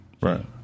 right